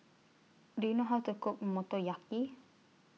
Do YOU know How to Cook Motoyaki